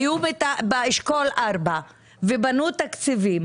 היו באשכול 4 ובנו תקציבים.